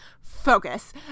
Focus